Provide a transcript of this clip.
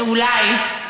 אולי.